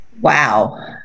Wow